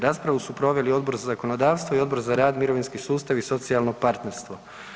Raspravu su proveli Odbor za zakonodavstvo i Odbor za rad mirovinski sustav i socijalno partnerstvo.